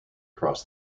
cross